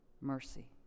mercy